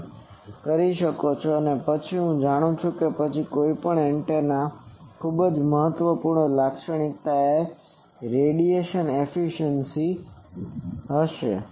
હવે હવે પછી હું આ જાણું છું પછી કોઈપણ એન્ટેનાની ખૂબ જ મહત્વપૂર્ણ લાક્ષણિકતા એ રેડિયેશન એફીસીયન્સી છે